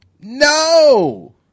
no